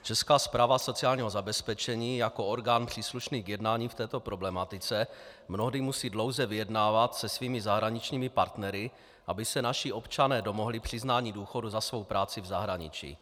Česká správa sociálního zabezpečení jako orgán příslušný k jednání v této problematice mnohdy musí dlouze vyjednávat se svými zahraničními partnery, aby se naši občané domohli přiznání důchodu za svou práci v zahraničí.